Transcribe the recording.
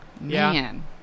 man